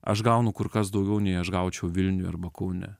aš gaunu kur kas daugiau nei aš gaučiau vilniuj arba kaune